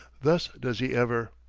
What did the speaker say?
thus does he ever.